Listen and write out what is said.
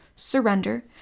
surrender